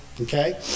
okay